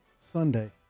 Sunday